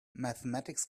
mathematics